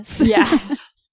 Yes